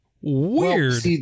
Weird